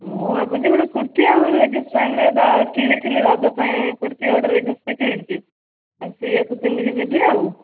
ମୁଁ ଭାବୁଛି ଗୋଟେ କୁର୍ତ୍ତୀ ଆଉ ଲେଗିଙ୍ଗ୍ସ ପ୍ୟାଣ୍ଟ୍ କିଣିଥିଲି ରଜ ପାଇଁ କୁର୍ତ୍ତୀ ଆଉ ଗୋଟେ ଲେଗିଙ୍ଗ୍ସଟେ କିଣିଛି ଆଉ ସେୟାକୁ ପିନ୍ଧିକି ଯିବି ଆଉ